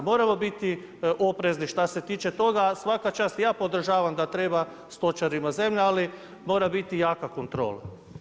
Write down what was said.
Moramo biti oprezni šta se tiče toga, svaka čast ja podržavam da treba stočarima zemlja, ali mora biti jaka kontrola.